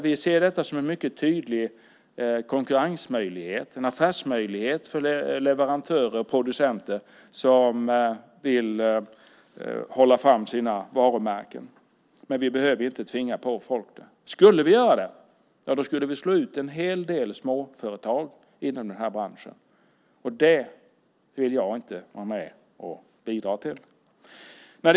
Vi ser det som en mycket tydlig affärs och konkurrensmöjlighet för de leverantörer och producenter som vill lyfta fram sina varumärken, men vi behöver inte tvinga på folk det. Skulle vi göra det skulle vi slå ut en hel del småföretag i denna bransch. Det vill jag inte bidra till.